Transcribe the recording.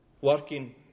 working